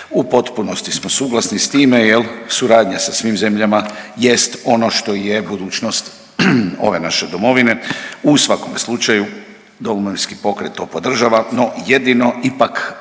U potpunosti smo suglasni s time, jer suradnja sa svim zemljama jest ono što je budućnost ove naše Domovine. U svakom slučaju Domovinski pokret to podržava, no jedino ipak